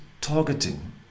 targeting